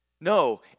No